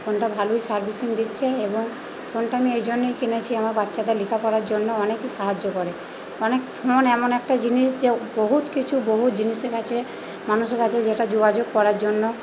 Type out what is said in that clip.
ফোনটা ভালোই সার্ভিসিং দিচ্ছে এবং ফোনটা আমি এই জন্যই কিনেছি আমার বাচ্চাদের লেখাপড়ার জন্য অনেকই সাহায্য করে অনেক ফোন এমন একটা জিনিস যে বহুত কিছু বহুত জিনিসের কাছে মানুষের কাছে যেটা যোগাযোগ করার জন্য